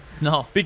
No